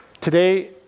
Today